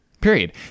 Period